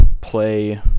play